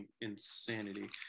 insanity